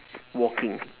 walking